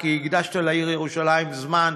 כי הקדשת לעיר ירושלים זמן,